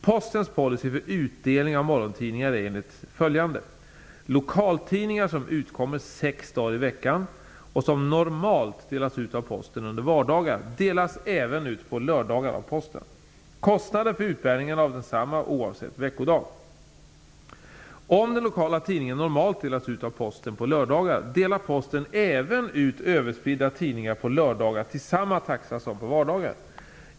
Postens policy för utdelning av morgontidningar är enligt följande: Lokaltidningar som utkommer sex dagar i veckan och som normalt delas ut av Posten under vardagar, delas även ut på lördagar av Posten. Kostnaden för utbärningen är densamma oavsett veckodag. Om den lokala tidningen normalt delas ut av Posten på lördagar, delar Posten även ut överspridda tidningar på lördagar till samma taxa som på vardagar.